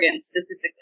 specifically